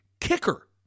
kicker